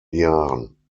jahren